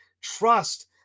trust